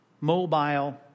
mobile